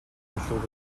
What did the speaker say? билүү